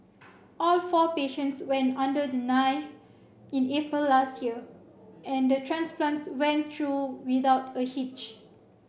all four patients went under the knife in April last year and the transplants went through without a hitch